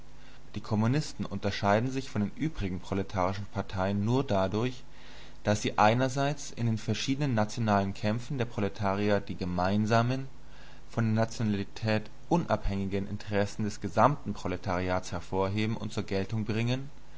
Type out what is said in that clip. die kommunisten unterscheiden sich von den übrigen proletarischen parteien nur dadurch daß sie einerseits in den verschiedenen nationalen kämpfen der proletarier die gemeinsamen von der nationalität unabhängigen interessen des gesamten proletariats hervorheben und zur geltung bringen